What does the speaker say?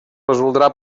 resoldrà